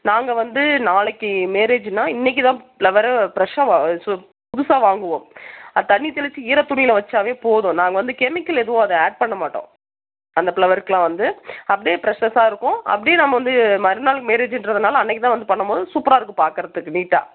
நாங்கள் வந்து நாளைக்கு மேரேஜ்னா இன்னக்கு தான் ஃப்ளவரை ஃப்ரெஷ்ஷாக வா ஷு புதுசாக வாங்குவோம் அது தண்ணி தெளிச்சு ஈர துணியில் வெச்சாவே போதும் நாங்கள் வந்து கெமிக்கல் எதுவும் அதை ஆட் பண்ண மாட்டோம் அந்த ஃப்ளவர்க்குலாம் வந்து அப்படே ஃப்ரெஷ்ஷஸாக இருக்கும் அப்படியே நம்ம வந்து மறுநாள் மேரேஜின்றதுனால் அன்னைக்கு தான் வந்து பண்ணும்போது சூப்பராக இருக்கும் பார்க்கறதுக்கு நீட்டாக